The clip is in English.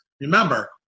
Remember